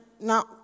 now